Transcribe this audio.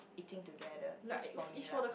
eating together that's for me lah